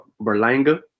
Berlanga